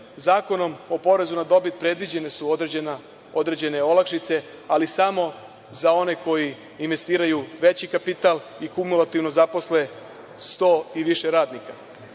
Zakonom o porezu na dobit predviđene su određene olakšice, ali samo za one koji investiraju veći kapital i kumulativno zaposle sto i više radnika.